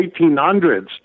1800s